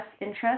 interest